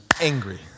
angry